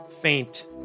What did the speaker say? faint